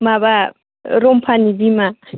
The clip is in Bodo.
माबा रम्भानि बिमा